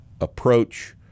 approach